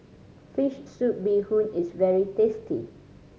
fish soup bee hoon is very tasty